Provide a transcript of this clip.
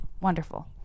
Wonderful